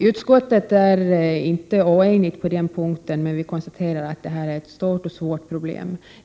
Utskottet är inte oenigt på den punkten men konstaterar att det är ett stort och svårt problem.